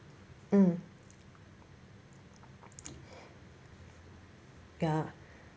mm ya